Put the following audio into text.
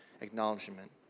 acknowledgement